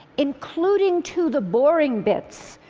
including to the boring bits.